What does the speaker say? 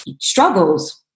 struggles